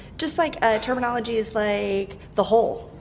just like, ah, terminologies like the hole,